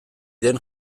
den